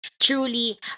Truly